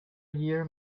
year